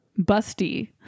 busty